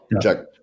Check